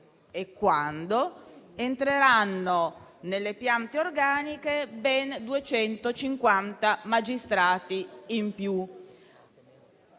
e quando entreranno nelle piante organiche ben 250 magistrati in più.